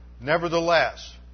Nevertheless